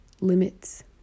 limits